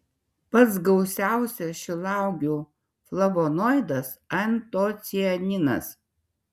pats gausiausias šilauogių flavonoidas antocianinas